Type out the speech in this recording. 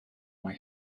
mae